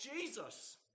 Jesus